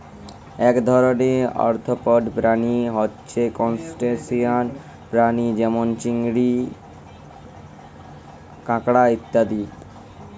এক ধরণের আর্থ্রপড প্রাণী হচ্যে ত্রুসটাসিয়ান প্রাণী যেমল চিংড়ি, কাঁকড়া ইত্যাদি